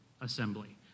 assembly